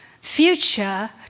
future